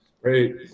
great